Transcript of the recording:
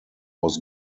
was